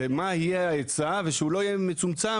זה מה יהיה ההיצע ושהוא לא יהיה מצומצם